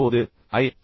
இப்போது ஐ